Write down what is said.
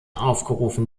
aufgerufen